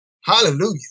Hallelujah